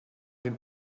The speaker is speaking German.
den